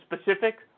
specific